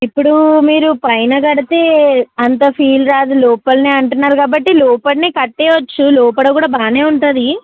ఇప్పుడు మీరు పైన కడితే అంత ఫీల్ రాదు లోపలనే అంటున్నారు కాబట్టి లోపలనే కట్టేయవచ్చు లోపల కూడా బాగానే ఉంటుంది